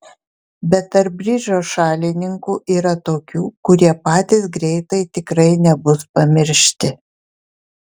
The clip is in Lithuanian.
bet tarp bridžo šalininkų yra tokių kurie patys greitai tikrai nebus pamiršti